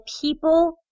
people